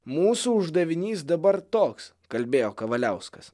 mūsų uždavinys dabar toks kalbėjo kavaliauskas